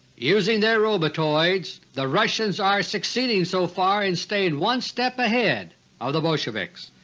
using their robotoids, the russians are succeeding so far in staying one step ahead of the bolsheviks.